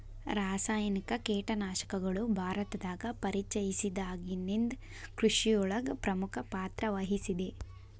ರಾಸಾಯನಿಕ ಕೇಟನಾಶಕಗಳು ಭಾರತದಾಗ ಪರಿಚಯಸಿದಾಗನಿಂದ್ ಕೃಷಿಯೊಳಗ್ ಪ್ರಮುಖ ಪಾತ್ರವಹಿಸಿದೆ